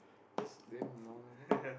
this then